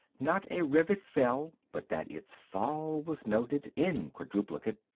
not a rivet fell, but that its fall was noted in quintuplicate.